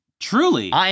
Truly